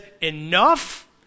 enough